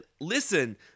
Listen